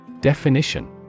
Definition